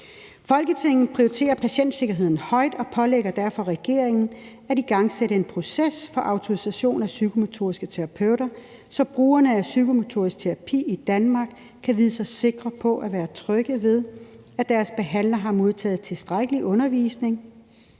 »Folketinget prioriterer patientsikkerhed højt og pålægger derfor regeringen at igangsætte en proces for autorisation af psykomotoriske terapeuter, så brugerne af psykomotorisk terapi i Danmark kan vide sig sikre på og være trygge ved, at deres behandler har modtaget tilstrækkelig undervisning,